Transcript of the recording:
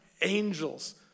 angels